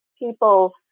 people